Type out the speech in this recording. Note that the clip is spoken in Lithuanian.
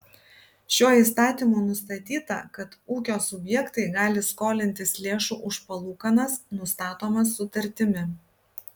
šiuo įstatymu nustatyta kad ūkio subjektai gali skolintis lėšų už palūkanas nustatomas sutartimi